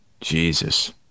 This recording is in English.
Jesus